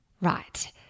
Right